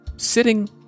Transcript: sitting